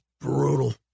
brutal